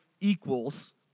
equals